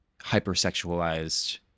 hypersexualized